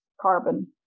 carbon